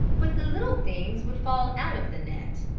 but the little things would fall out of the net.